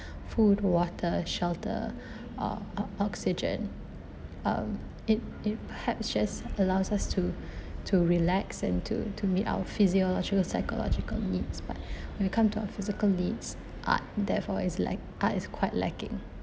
food water shelter or ox~ oxygen um it it perhaps just allows us to to relax and to to meet our physiological psychological needs but when we come to our physical needs art therefore is lac~ art is quite lacking